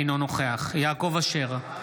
אינו נוכח יעקב אשר,